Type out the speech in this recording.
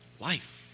life